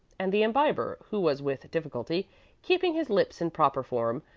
and the imbiber, who was with difficulty keeping his lips in proper form,